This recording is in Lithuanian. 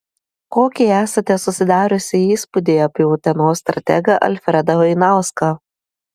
kokį esate susidariusi įspūdį apie utenos strategą alfredą vainauską